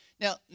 Now